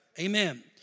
amen